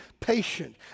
patient